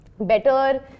better